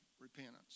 repentance